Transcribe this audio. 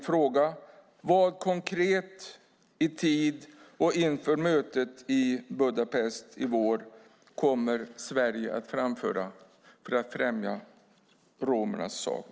Vad konkret inför mötet i Budapest i vår kommer Sverige att framföra för att främja romernas sak?